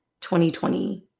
2020